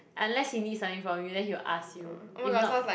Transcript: unless he needs something from you then he will ask you if not